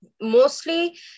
mostly